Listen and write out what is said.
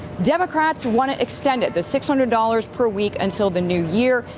democrats want to extend it the six hundred dollars per week until the new year.